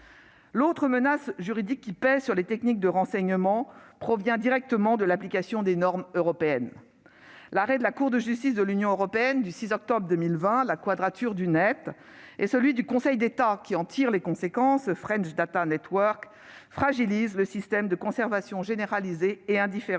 L'autre menace juridique qui pèse sur les techniques de renseignement provient directement de l'application des normes européennes ! L'arrêt de la Cour de justice de l'Union européenne du 6 octobre 2020, ainsi que celui du Conseil d'État,, qui en tire les conséquences, fragilise le système de conservation généralisée et indifférenciée